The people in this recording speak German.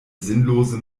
sinnlose